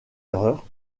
erreur